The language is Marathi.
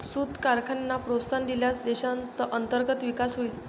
सूत कारखान्यांना प्रोत्साहन दिल्यास देशात अंतर्गत विकास होईल